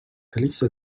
أليس